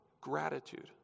gratitude